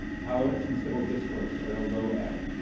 tolerance and civil discourse are at a low ebb.